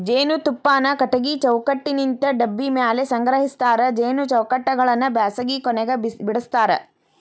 ಜೇನುತುಪ್ಪಾನ ಕಟಗಿ ಚೌಕಟ್ಟನಿಂತ ಡಬ್ಬಿ ಮ್ಯಾಲೆ ಸಂಗ್ರಹಸ್ತಾರ ಜೇನು ಚೌಕಟ್ಟಗಳನ್ನ ಬ್ಯಾಸಗಿ ಕೊನೆಗ ಬಿಡಸ್ತಾರ